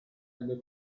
ebbe